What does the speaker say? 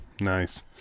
Nice